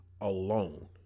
alone